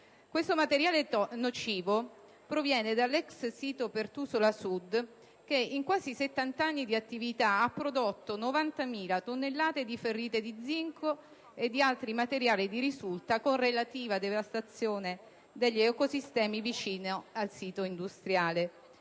Questo materiale nocivo proviene dall'ex sito Pertusola Sud che, in quasi settant'anni di attività, ha prodotto 90.000 tonnellate di ferrite di zinco e di altri materiali di risulta, con relativa devastazione degli ecosistemi vicini al sito industriale;